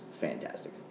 fantastic